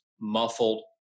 muffled